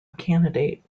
candidate